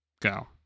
Go